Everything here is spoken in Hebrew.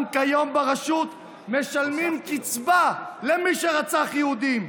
גם כיום ברשות משלמים קצבה למי שרצח יהודים.